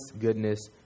goodness